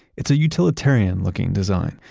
it's a utilitarian looking design,